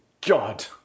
god